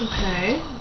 Okay